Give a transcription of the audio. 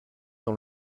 dans